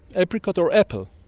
apricot or apple.